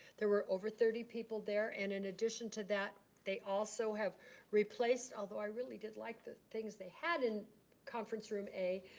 there were over thirty people there and in addition to that, they also have replaced, although i really did like the things they had in conference room a,